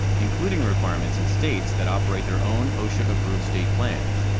including requirements in states that operate their own osha-approved state plans,